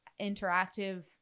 interactive